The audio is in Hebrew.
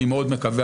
אני מאוד מקווה.